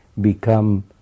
become